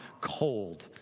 cold